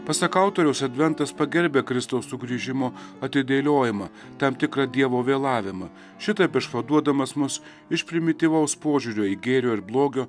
pasak autoriaus adventas pagerbia kristaus sugrįžimo atidėliojimą tam tikrą dievo vėlavimą šitaip išvaduodamas mus iš primityvaus požiūrio į gėrio ir blogio